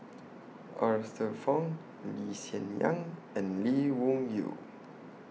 Arthur Fong Lee Hsien Yang and Lee Wung Yew